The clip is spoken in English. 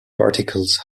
particles